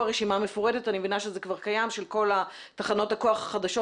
רשימה מפורטת אני מבינה שזה כבר קיים של כל תחנות הכוח החדשות